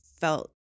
felt